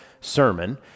sermon